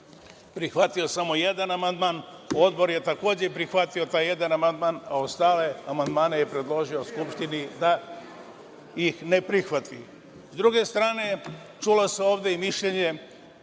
prihvatio samo jedan amandman. Odbor je takođe prihvatio taj jedan amandman, a ostale amandmane je predložio Skupštini da ih ne prihvati.S druge strane, čulo se ovde i mišljenje,